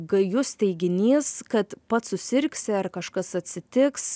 gajus teiginys kad pats susirgsi ar kažkas atsitiks